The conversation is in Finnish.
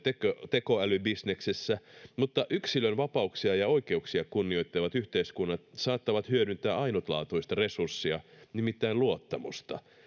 tekoälybisneksessä mutta yksilön vapauksia ja oikeuksia kunnioittavat yhteiskunnat saattavat hyödyntää ainutlaatuista resurssia nimittäin luottamusta